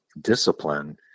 discipline